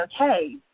okay